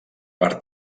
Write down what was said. per